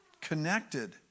connected